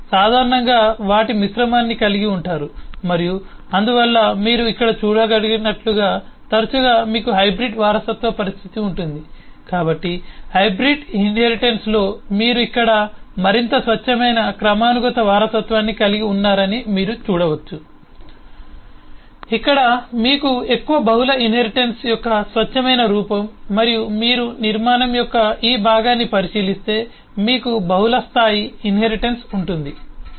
మీరు సాధారణంగా వాటి మిశ్రమాన్ని కలిగి ఉంటారు మరియు అందువల్ల మీరు ఇక్కడ చూడగలిగినట్లుగా తరచుగా మీకు హైబ్రిడ్ వారసత్వ పరిస్థితి ఉంటుంది కాబట్టి ఈ హైబ్రిడ్ ఇన్హెరిటెన్స్లో మీరు ఇక్కడ మరింత స్వచ్ఛమైన క్రమానుగత వారసత్వాన్ని కలిగి ఉన్నారని మీరు చూడవచ్చు ఇక్కడ మీకు ఎక్కువ బహుళ ఇన్హెరిటెన్స్ యొక్క స్వచ్ఛమైన రూపం మరియు మీరు నిర్మాణం యొక్క ఈ భాగాన్ని పరిశీలిస్తే మీకు బహుళస్థాయి ఇన్హెరిటెన్స్ ఉంటుంది